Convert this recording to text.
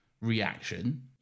reaction